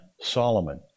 Solomon